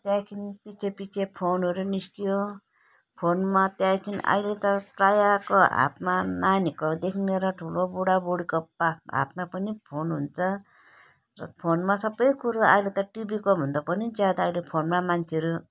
त्यहाँदेखि पछि पछि फोनहरू निस्कियो फोनमा त्यहाँदेखि अहिले त प्रायःको हातमा नानीहरूकोदेखि लिएर ठुलो बुढाबुढीको पाख् हातमा पनि फोन हुन्छ र फोनमा सबै कुरो अहिले त टिभीको भन्दा पनि ज्यादा अहिले फोनमा मान्छेहरू